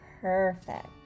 Perfect